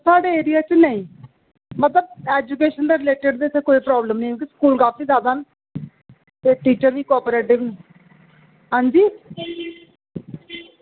साढ़े एरिया च नेईं मतलब एजूकेशन दे रिलेटेड इत्थें कोई प्रॉब्लम निं ऐ स्कूल काफी ज्यादा न ते टीचर बी को ऑपरेटिव न आं जी